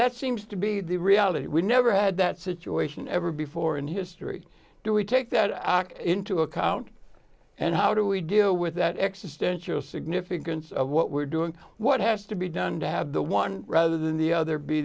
that seems to be the reality we never had that situation ever before in history do we take that into account and how do we deal with that extra stench or significance of what we're doing what has to be done to have the one rather than the other be